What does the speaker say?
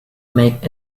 make